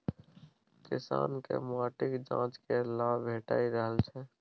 किसानकेँ माटिक जांच केर लाभ भेटि रहल छै